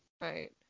Right